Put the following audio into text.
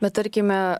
bet tarkime